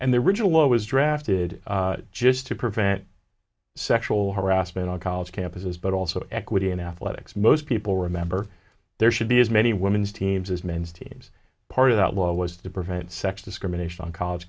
and the original law was drafted just to prevent sexual harassment on college campuses but also equity in athletics most people remember there should be as many women's teams as men's teams part of that war was to prevent sex discrimination on college